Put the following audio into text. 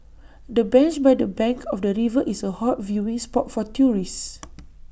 the bench by the bank of the river is A hot viewing spot for tourists